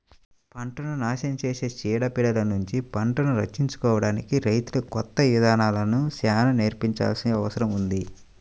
పంటను నాశనం చేసే చీడ పీడలనుంచి పంటను రక్షించుకోడానికి రైతులకు కొత్త ఇదానాలను చానా నేర్పించాల్సిన అవసరం ఉంది